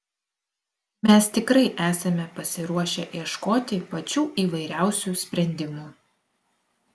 mes tikrai esame pasiruošę ieškoti pačių įvairiausių sprendimų